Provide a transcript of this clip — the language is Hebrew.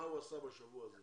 הוא עשה בשבוע הזה.